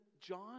John